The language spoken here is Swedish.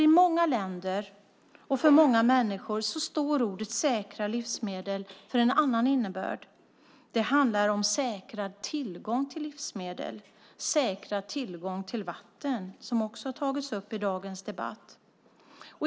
I många länder och för många människor står orden "säkra livsmedel" för en annan innebörd. Det handlar om säkrad tillgång till livsmedel och säkrad tillgång till vatten, som också har tagits upp i dagens debatt.